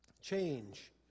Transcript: Change